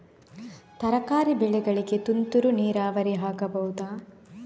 ತರಕಾರಿ ಬೆಳೆಗಳಿಗೆ ತುಂತುರು ನೀರಾವರಿ ಆಗಬಹುದಾ?